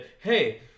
hey